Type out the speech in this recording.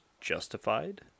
justified